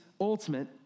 ultimate